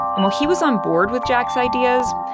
and while he was on board with jack's ideas,